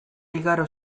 igaro